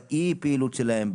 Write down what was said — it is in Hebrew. באי הפעילות שלהם,